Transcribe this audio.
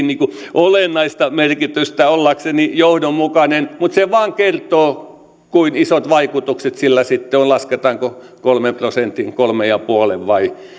olennaista merkitystä ollakseni johdonmukainen mutta se vain kertoo kuinka isot vaikutukset sillä sitten on lasketaanko kolmen prosentin kolmen pilkku viiden